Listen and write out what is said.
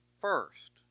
first